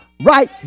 right